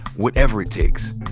whatever it takes.